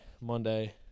Monday